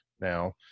now